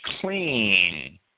clean